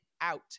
out